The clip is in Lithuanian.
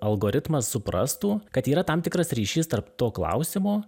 algoritmas suprastų kad yra tam tikras ryšys tarp to klausimo